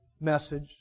message